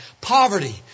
poverty